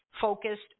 focused